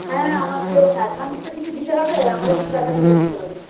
হ্যাঁ আমাকে অ্যাডভান্স তো কিছু দিতে হবে আমাকে কিছু টাকা দিয়ে রাখতে হবে